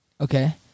Okay